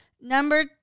number